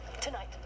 Tonight